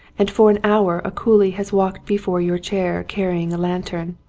and for an hour a coolie has walked before your chair carrying a lantern.